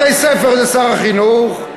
בתי-ספר זה שר החינוך,